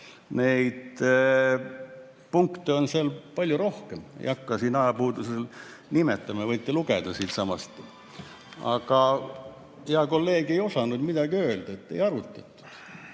Neid punkte on seal palju rohkem, ei hakka neid siin ajapuudusel nimetama, võite lugeda siitsamast. Aga hea kolleeg ei osanud midagi öelda – seda ei arutatud.